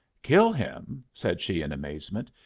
kill him! said she, in amazement.